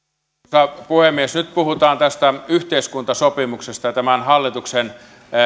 arvoisa puhemies nyt puhutaan tästä yhteiskuntasopimuksesta ja tämän hallituksen